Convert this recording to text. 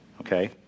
Okay